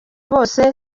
bose